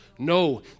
No